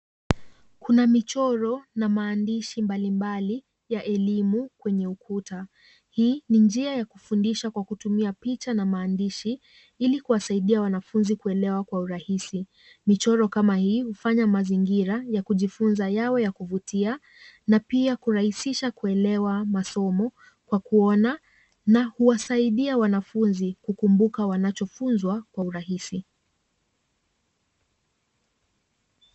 Kuna michoro na maandishi mbalimbali ya elimu kwenye ukuta. Hii ni njia ya kufundisha kwa kutumia picha na maandishi, ili kuwasaidia wanafunzi kuelewa kwa urahisi. Michoro kama hii hufanya mazingira ya kujifunza yawe ya kuvutia na pia kurahisisha kuelewa masomo kwa kuona na huwasaidia wanafunzi kukumbuka wanachofunzwa kwa urahisi.